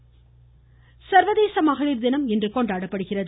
மகளிர் கினம் சர்வதேச மகளிர் தினம் இன்று கொண்டாடப்படுகிறது